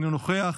אינו נוכח,